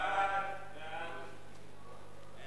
סעיפים 1